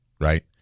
right